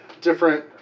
different